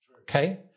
Okay